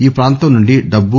ఈ ప్రాంతం నుండి డబ్బు